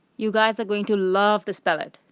you guys are going to love this palette.